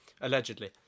Allegedly